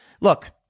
look